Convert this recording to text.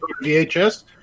VHS